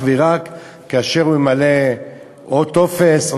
אלא אך ורק כאשר הוא ממלא או טופס,